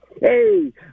Hey